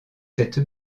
cette